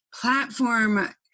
platform